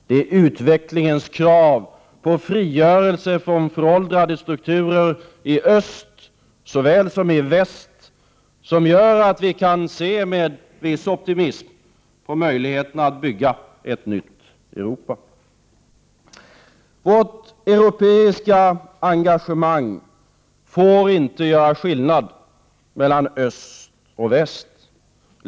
Det är detta utvecklingens krav på frigörelse från föråldrade strukturer i öst såväl som i väst som gör att vi kan se med viss optimism på möjligheterna att bygga ett nytt Europa. Vårt europeiska engagemang får inte göra skillnad mellan öst och väst.